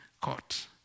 court